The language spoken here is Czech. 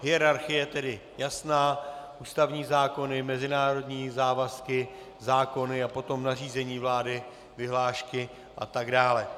Hierarchie je tedy jasná ústavní zákony, mezinárodní závazky, zákony a potom nařízení vlády, vyhlášky atd.